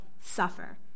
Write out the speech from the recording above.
suffer